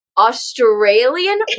Australian